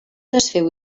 desfeu